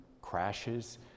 crashes